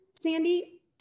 Sandy